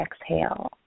exhale